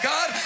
God